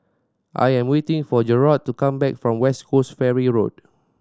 I am waiting for Jarrod to come back from West Coast Ferry Road